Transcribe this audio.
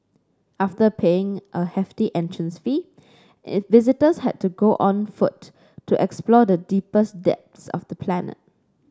after paying a hefty entrance fee visitors had to go on foot to explore the deepest depths of the planet